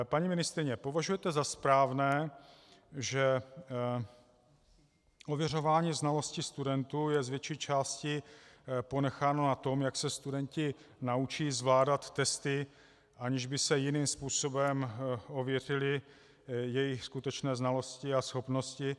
Paní ministryně, považujete za správné, že ověřování znalostí studentů je z větší části ponecháno na tom, jak se studenti naučí zvládat testy, aniž by se jiným způsobem ověřily jejich skutečné znalosti a schopnosti?